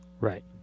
Right